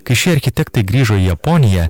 kai šie architektai grįžo į japoniją